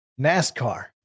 nascar